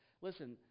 listen